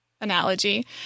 analogy